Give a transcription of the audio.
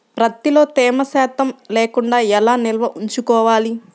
ప్రత్తిలో తేమ శాతం లేకుండా ఎలా నిల్వ ఉంచుకోవాలి?